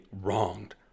wronged